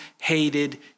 hated